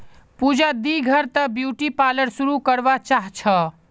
पूजा दी घर त ब्यूटी पार्लर शुरू करवा चाह छ